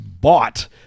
bought